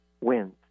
wins